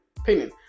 opinion